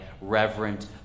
reverent